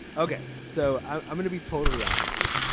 okay. so i'm going to be totally honest here.